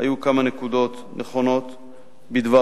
היו כמה נקודות נכונות בדבריו.